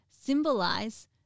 symbolize